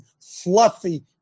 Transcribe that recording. fluffy